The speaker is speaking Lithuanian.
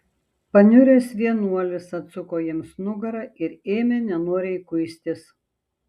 paniuręs vienuolis atsuko jiems nugarą ir ėmė nenoriai kuistis